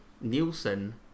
Nielsen